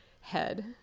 head